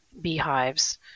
beehives